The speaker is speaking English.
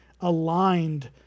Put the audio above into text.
aligned